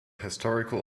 historical